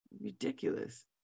ridiculous